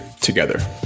together